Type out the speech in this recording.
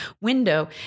window